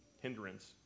hindrance